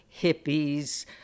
hippies